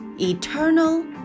eternal